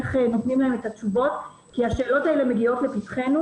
איך נותנים להן את התשובות כי השאלות האלה מגיעות לפתחנו